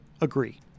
agree